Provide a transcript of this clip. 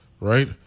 right